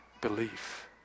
belief